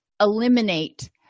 eliminate